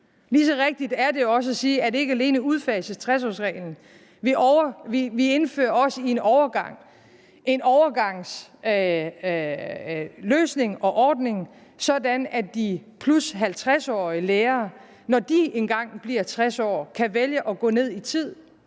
Lige så rigtigt er det også at sige, at ikke alene udfases 60-årsreglen; vi indfører også en løsning med en overgangsordning, sådan at de +50-årige lærere, når de engang bliver 60 år, kan vælge at gå ned i tid.